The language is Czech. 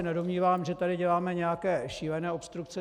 Nedomnívám se, že tady děláme nějaké šílené obstrukce.